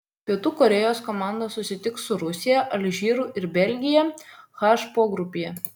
pietų korėjos komanda susitiks su rusija alžyru ir belgija h pogrupyje